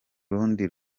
rundi